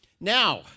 Now